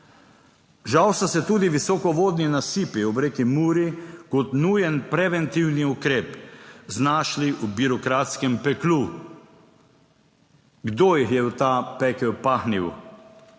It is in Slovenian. Žal so se tudi visokovodni nasipi ob reki Muri kot nujen preventivni ukrep znašli v birokratskem peklu. Kdo jih je v ta pekel pahnil?